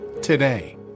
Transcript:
today